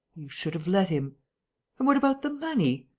you should have let him. and what about the money?